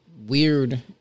weird